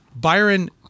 Byron